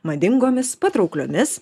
madingomis patraukliomis